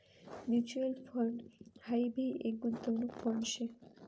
mutual fund हाई भी एक गुंतवणूक फंड शे